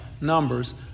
numbers